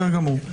בסדר גמור.